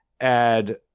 add